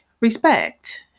respect